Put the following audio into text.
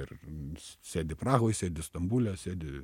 ir sėdi prahoj sėdi stambule sėdi